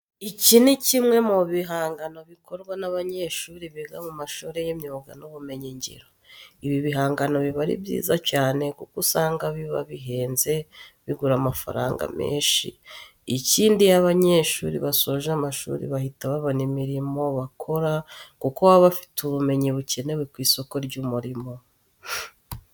Iki ni kimwe mu bihangano bikorwa n'abanyeshuri biga mu mashuri y'imyuga n'ubumenyingiro. Ibi bigangano biba ari byiza cyane kuko usanga biba bihenze bigura amafaranga menshi. Ikindi iyo aba banyeshuri basoje amashuri bahita babona imirimo bakora kuko baba bafite ubumenyi bukenewe ku isoko ry'umurimo.